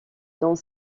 dans